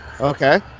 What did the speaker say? Okay